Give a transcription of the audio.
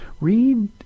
read